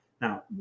Now